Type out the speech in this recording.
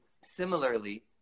similarly